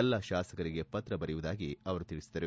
ಎಲ್ಲಾ ಶಾಸಕರಿಗೆ ಪತ್ರ ಬರೆಯುವುದಾಗಿ ತಿಳಿಸಿದರು